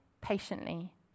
patiently